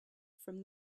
from